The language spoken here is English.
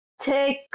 take